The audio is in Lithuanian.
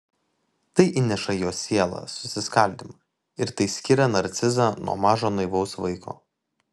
tai įneša į jo sielą susiskaldymą ir tai skiria narcizą nuo mažo naivaus vaiko